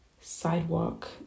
sidewalk